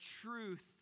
truth